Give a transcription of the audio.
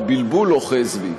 הבלבול אוחז בי.